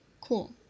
Cool